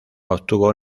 obtuvo